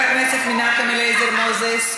חבר הכנסת מנחם אליעזר מוזס,